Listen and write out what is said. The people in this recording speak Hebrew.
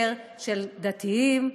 של דתיים,